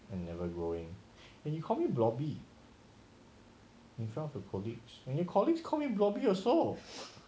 and never growing and you call me blobby in front of the colleagues and your colleagues call me blobby also